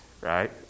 right